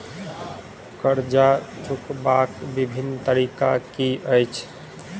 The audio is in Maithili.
कर्जा चुकबाक बिभिन्न तरीका की अछि?